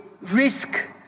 risk